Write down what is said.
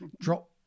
drop